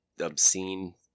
obscene